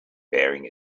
baring